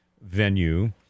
venue